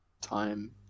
time